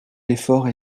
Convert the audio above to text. l’effort